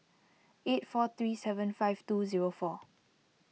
eight four three seven five two zero four